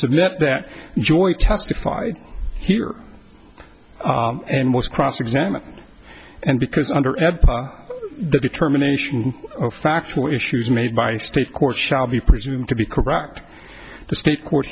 submit that joy testified here and was cross examined and because under ed the determination of factual issues made by state court shall be presumed to be correct the state court